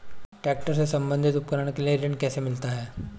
Tractor से संबंधित उपकरण के लिए ऋण कैसे मिलता है?